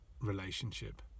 relationship